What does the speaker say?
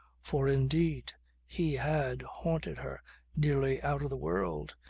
for indeed he had haunted her nearly out of the world,